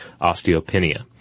osteopenia